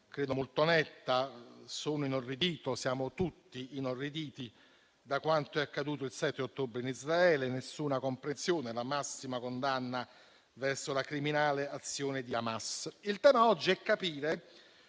credo molto netta: sono inorridito e siamo tutti inorriditi da quanto è accaduto il 7 ottobre in Israele. Non c'è alcuna comprensione, anzi c'è la massima condanna verso la criminale azione di Hamas. Il tema oggi è capire